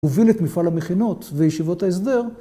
הוביל את מפעל המכינות וישיבות ההסדר.